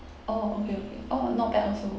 orh okay okay orh not bad also